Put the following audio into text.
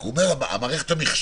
רק הוא אומר שהמערכת המחשובית